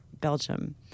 Belgium